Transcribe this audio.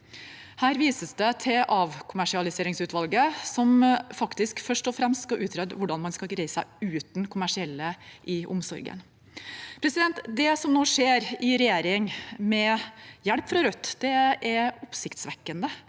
Her vises det til avkommersialiseringsutvalget, som faktisk først og fremst skal utrede hvordan man skal greie seg uten kommersielle i omsorgen. Det som nå skjer i regjering, med hjelp fra Rødt, er oppsiktsvekkende.